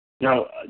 No